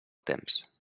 temps